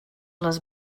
les